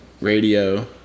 radio